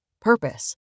purpose